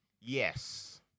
Yes